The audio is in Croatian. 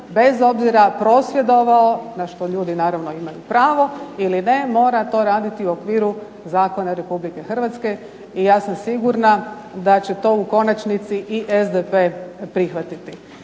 bez obzira prosvjedovao, na što ljudi naravno imaju pravo ili ne, mora to raditi u okviru zakona Republike Hrvatske i ja sam sigurna da će to u konačnici i SDP prihvatiti.